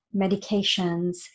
medications